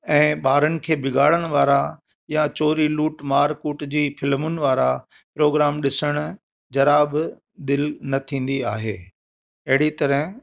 ऐं ॿारनि खे बिगाड़नि वारा या चोरी लूटमार कूट जी फिल्मुनि वारा प्रोग्राम ॾिसण जरा बि दिलि न थींदी आहे अहिड़ी तरह